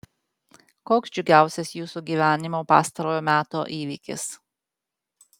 koks džiugiausias jūsų gyvenimo pastarojo meto įvykis